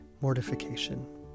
mortification